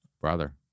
brother